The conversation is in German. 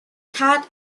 tat